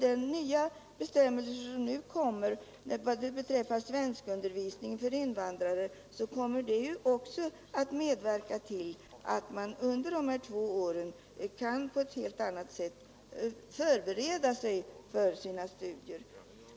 Den nya bestämmelse som nu skall införas beträffande svenskundervisningen för invandrare kommer också att medverka till att man under dessa två år kan på ett helt annat sätt förbereda sig för sina studier.